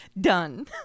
Done